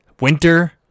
winter